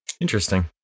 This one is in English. interesting